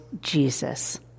Jesus